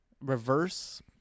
reverse